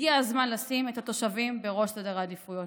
הגיע הזמן לשים את התושבים בראש סדר העדיפויות,